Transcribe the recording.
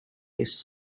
his